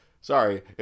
Sorry